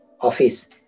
office